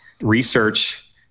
research